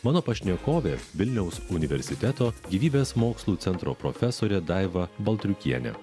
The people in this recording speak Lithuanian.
mano pašnekovė vilniaus universiteto gyvybės mokslų centro profesorė daiva baltriukienė